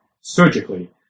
surgically